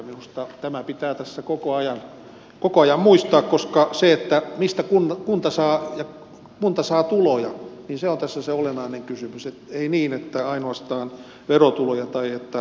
minusta tämä pitää tässä koko ajan muistaa koska se mistä kunta saa tuloja on tässä se olennainen kysymys ei niin että ainoastaan verotuloja tai maksuja